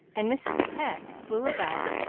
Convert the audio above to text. and mrs. pecq flew about,